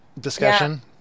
discussion